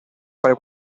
fare